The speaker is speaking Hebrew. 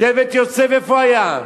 שבט יוסף, איפה היה.